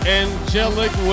angelic